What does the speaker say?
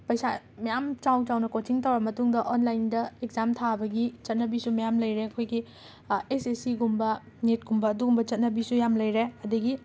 ꯄꯩꯁꯥ ꯃꯌꯥꯝ ꯆꯥꯎꯅ ꯆꯥꯎꯅ ꯀꯣꯆꯤꯡ ꯇꯧꯔꯕ ꯃꯇꯨꯡꯗ ꯑꯣꯟꯂꯥꯏꯟꯗ ꯑꯦꯛꯖꯥꯝ ꯊꯥꯕꯒꯤ ꯆꯠꯅꯕꯤꯁꯨ ꯃꯌꯥꯝ ꯂꯩꯔꯦ ꯑꯩꯈꯣꯏꯒꯤ ꯑꯦꯁ ꯑꯦꯁ ꯁꯤꯒꯨꯝꯕ ꯅꯦꯠꯀꯨꯝꯕ ꯑꯗꯨꯒꯨꯝꯕ ꯆꯠꯅꯕꯤꯁꯨ ꯌꯥꯝꯅ ꯂꯩꯔꯦ ꯑꯗꯒꯤ